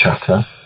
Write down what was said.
chatter